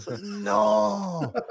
No